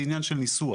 זה עניין של ניסוח.